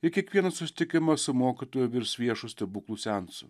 ir kiekvienas susitikimas su mokytoju virs viešu stebuklų seansu